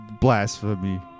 blasphemy